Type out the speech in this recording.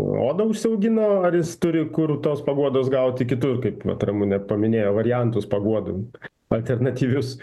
odą užsiaugino ar jis turi kur tos paguodos gauti kitur kaip vat ramunė paminėjo variantus paguodų alternatyvius